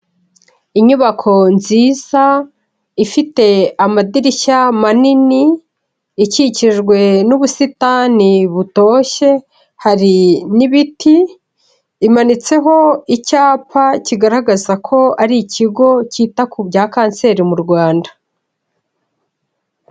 Inyubako nziza ifite amadirishya manini, ikikijwe n'ubusitani butoshye hari n'ibiti, imanitseho icyapa kigaragaza ko ari ikigo cyita ku bya Kanseri mu Rwanda.